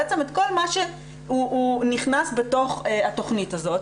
בעצם את כל מה שהוא נכנס בתוך התכנית הזאת,